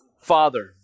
Father